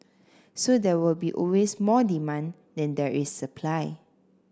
so there will be always more demand than there is supply